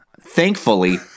thankfully